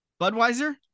Budweiser